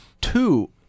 two